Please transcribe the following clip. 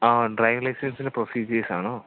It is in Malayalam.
ആ ഡ്രൈവിങ് ലൈസൻസിൻ്റെ പ്രൊസീജിയേഴ്സാണോ